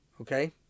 Okay